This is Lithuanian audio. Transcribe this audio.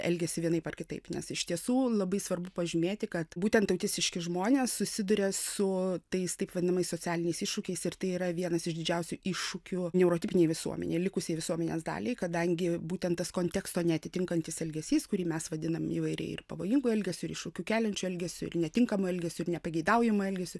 elgiasi vienaip ar kitaip nes iš tiesų labai svarbu pažymėti kad būtent autistiški žmonės susiduria su tais taip vadinamais socialiniais iššūkiais ir tai yra vienas iš didžiausių iššūkių neurotipinėj visuomenėj likusiai visuomenės daliai kadangi būtent tas konteksto neatitinkantis elgesys kurį mes vadinam įvairiai ir pavojingu elgesiu ir iššūkių keliančiu elgesiu ir netinkamu elgesiu ir nepageidaujamu elgesiu